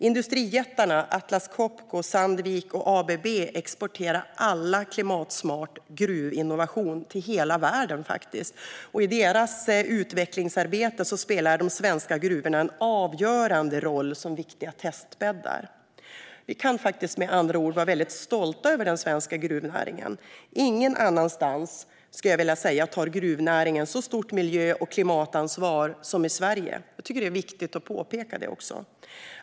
Industrijättarna Atlas Copco, Sandvik och ABB exporterar alla klimatsmart gruvinnovation till hela världen, och i deras utvecklingsarbete spelar de svenska gruvorna en avgörande roll som viktiga testbäddar. Vi kan med andra ord vara stolta över den svenska gruvnäringen. Ingen annanstans tar gruvnäringen så stort miljö och klimatansvar som i Sverige. Jag tycker att det är viktigt att påpeka detta.